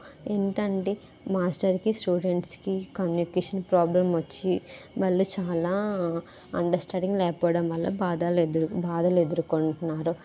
ఏంటంటే మాస్టర్కి స్టూడెంట్స్కి కమ్యూనికేషన్ ప్రాబ్లం వచ్చి వాళ్ళు చాలా అండస్టాండింగ్ లేకపోవడం వల్ల బాధలు ఎదురు బాధలు ఎదుర్కొంటున్నారు